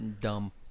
Dumb